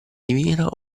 divina